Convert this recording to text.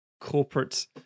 corporate